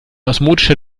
osmotischer